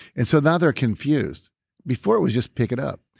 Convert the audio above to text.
and so now they're confused before it was just pick it up.